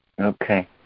okay